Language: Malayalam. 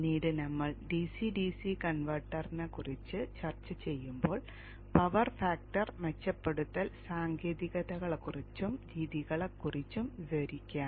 പിന്നീട് നമ്മൾ ഡിസി ഡിസി കൺവെർട്ടറിനെ കുറിച്ച് ചർച്ച ചെയ്യുമ്പോൾ പവർ ഫാക്ടർ മെച്ചപ്പെടുത്തൽ സാങ്കേതികതകളെക്കുറിച്ചും രീതികളെക്കുറിച്ചും വിവരിക്കാം